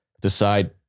Decide